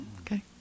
Okay